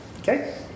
okay